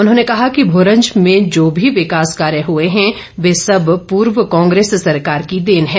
उन्होंने कहा कि भोरंज में जो भी विकास कार्य हुए हैं वे सब पूर्व कांग्रेस सरकार की देन है